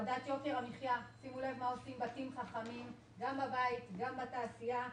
שימו לב מה עושים בתים חכמים בבית, בתעשייה.